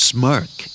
Smirk